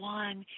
one